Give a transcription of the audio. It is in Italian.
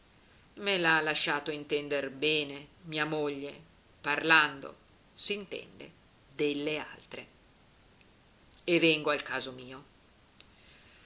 me l'ha lasciato intender bene mia moglie parlando s'intende delle altre e vengo al caso mio